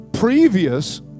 Previous